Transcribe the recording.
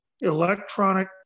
electronic